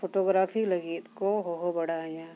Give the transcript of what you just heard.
photography ᱞᱟᱹᱜᱤᱫ ᱠᱚ ᱦᱚᱦᱚ ᱵᱟᱲᱟ ᱤᱧᱟᱹ